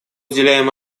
уделяем